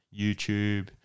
YouTube